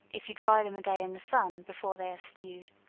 if you dry them a day in the sun before they are stewed.